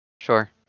Sure